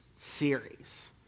series